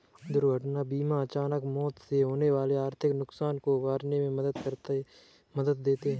दुर्घटना बीमा अचानक मौत से होने वाले आर्थिक नुकसान से उबरने में मदद देता है